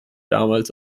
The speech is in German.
damals